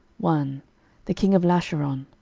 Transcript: one the king of lasharon,